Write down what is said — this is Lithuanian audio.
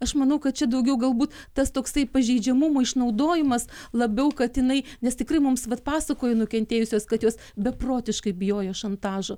aš manau kad čia daugiau galbūt tas toksai pažeidžiamumo išnaudojimas labiau kad jinai nes tikrai mums vat pasakojo nukentėjusios kad jos beprotiškai bijojo šantažo